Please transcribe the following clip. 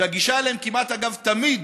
שהגישה אליהן כמעט תמיד,